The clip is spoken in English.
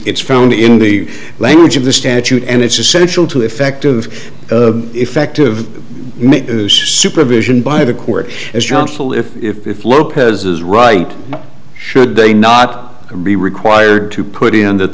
it's found in the language of the statute and it's essential to effective effective supervision by the court as trunkful if if lopez is right should they not be required to put in that